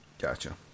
Gotcha